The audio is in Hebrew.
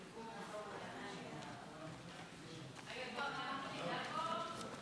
של חברת הכנסת חוה אתי